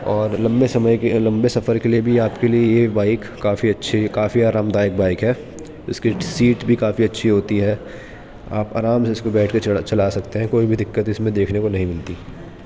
اور لمبے سمئے کے لمبے سفر کے لیے بھی آپ کے لیے یہ بائیک کافی اچھی کافی آرام دائک بائک ہے اس کی سیٹ بھی کافی اچھی ہوتی ہے آپ آرام سے اس پہ بیٹھ کے چلا سکتے ہیں کوئی بھی دقت اس میں دیکھنے کو نہیں ملتی